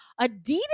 Adidas